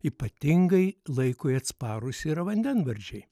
ypatingai laikui atsparūs yra vandenvardžiai